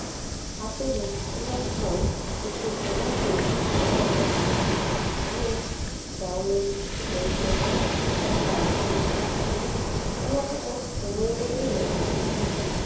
ᱟᱯᱮ ᱨᱮᱸᱥᱛᱳᱨᱟ ᱠᱷᱚᱱ ᱠᱤᱪᱷᱩ ᱡᱚᱢᱟᱜ ᱤᱧ ᱚᱰᱟᱨ ᱞᱮᱫᱟ ᱡᱮᱞᱮᱠ ᱪᱟᱣᱢᱤᱱ ᱪᱤᱠᱮᱱ ᱨᱳᱞ ᱟᱨ ᱯᱤᱡᱡᱟ ᱚᱱᱟ ᱠᱚᱫᱚ ᱥᱚᱢᱚᱭ ᱨᱮᱜᱤᱧ ᱧᱟᱢ ᱟᱠᱟᱫᱟ